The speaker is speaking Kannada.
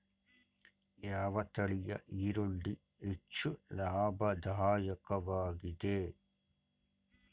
ಯಾವ ತಳಿಯ ಈರುಳ್ಳಿ ಹೆಚ್ಚು ಲಾಭದಾಯಕವಾಗಿದೆ?